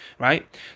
Right